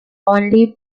only